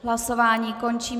Hlasování končím.